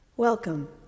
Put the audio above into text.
Welcome